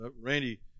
Randy